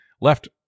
left